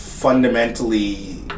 Fundamentally